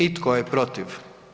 I tko je protiv?